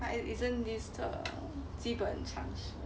isn't this the 基本常识